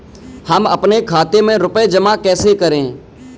हम अपने खाते में रुपए जमा कैसे करें?